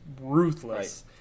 ruthless